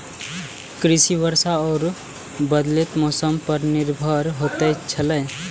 कृषि वर्षा और बदलेत मौसम पर निर्भर होयत छला